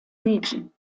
region